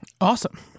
Awesome